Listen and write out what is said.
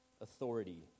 authority